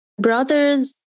brothers